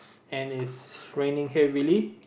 and it's raining heavily